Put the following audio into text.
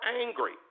angry